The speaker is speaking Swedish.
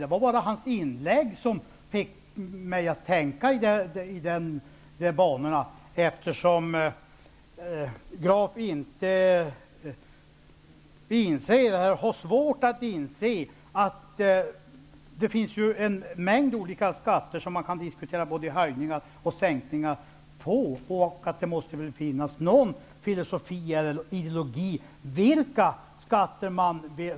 Det var bara hans inlägg som fick mig att tänka i den banan, eftersom Carl Fredrik Graf har svårt att inse att det finns en mängd olika skatter där man kan diskutera både höjningar och sänkningar och att det måste finnas någon logik bakom vilka skatter man vill höja eller sänka.